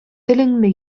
телеңне